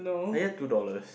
I have two dollars